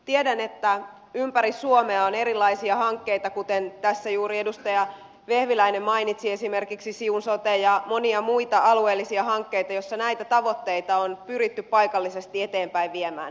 tiedän että ympäri suomea on erilaisia hankkeita kuten tässä juuri edustaja vehviläinen mainitsi esimerkiksi siun soten ja monia muita alueellisia hankkeita joissa näitä tavoitteita on pyritty paikallisesti eteenpäin viemään